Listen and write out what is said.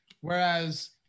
whereas